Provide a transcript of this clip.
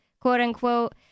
quote-unquote